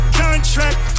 contract